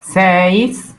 seis